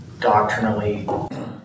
doctrinally